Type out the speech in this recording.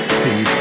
see